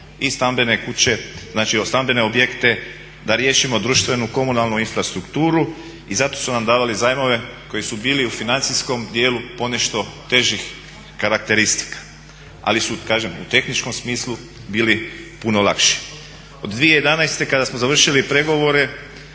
i stambene kuće, znači stambene objekte, da riješimo društvenu komunalnu infrastrukturu i zato su nam davali zajmove koji su bili u financijskom dijelu ponešto težih karakteristika. Ali su kažem u tehničkom smislu bili puno lakši. Od 2011. kada smo završili pregovore